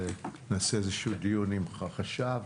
נעשה איזשהו דיון עם החשב.